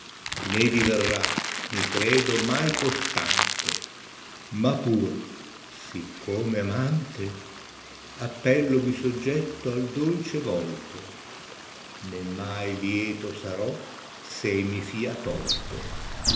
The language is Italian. né diverrà mi credo mai costante ma pur siccome amante a ppellomi soggetto al dolce volto né mai lieto sarò s ei mi fia folto